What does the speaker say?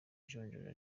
ijonjora